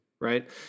right